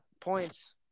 points